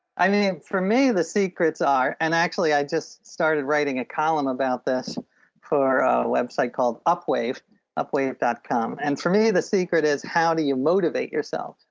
i mean, for me the secrets are and actually i just started writing a column about this for a website called upwave upwave dot com. and for me the secret is how do you motivate yourself,